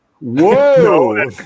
whoa